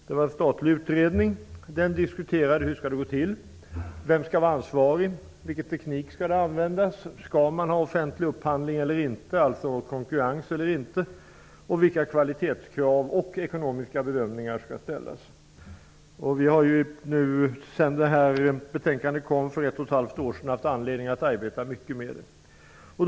Det var en statlig utredning som diskuterade hur det hela skall gå till, vem som skall vara ansvarig, vilken teknik som skall användas, om det skall vara offentlig upphandling eller inte, alltså konkurrens eller inte, vilka kvalitetskrav som skall ställas och vilka ekonomiska bedömningar som skall göras. Vi har sedan utredningen kom för ett och ett halvt år sedan haft anledning att arbeta mycket med den.